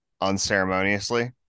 unceremoniously